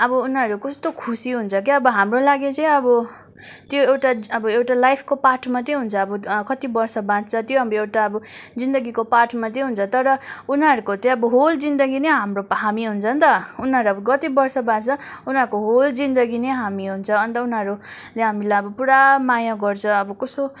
अब उनीहरू कस्तो खुसी हुन्छ क्या अब हाम्रो लागि चाहिँ अब त्यो एउटा एउटा लाइफको पार्ट मात्र हुन्छ कति बर्ष बाँच्छ त्यो हाम्रो एउटा अब जिन्दगीको पार्ट मात्र हुन्छ तर उनीहरूको चाहिँ अब होल जिन्दगी नै हाम्रो हामी हुन्छ नि त उनीहरू अब कति बर्ष बाँच्छ उनीहरूको होल जिन्दगी नै हामी हुन्छ अन्त उनीहरूले हामीलाई अब पुरा माया गर्छ अब कस्तो